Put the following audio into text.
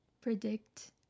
predict